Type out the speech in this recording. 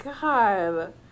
God